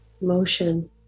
motion